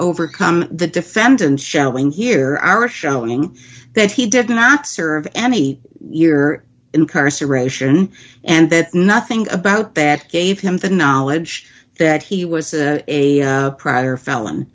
overcome the defendant showing here are showing that he did not serve any year in curse aeration and that nothing about that gave him the knowledge that he was a prior felon